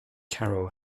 carol